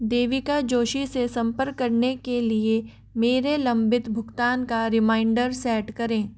देविका जोशी से सम्पर्क करने के लिए मेरे लंबित भुगतान का रिमाइंडर सेट करें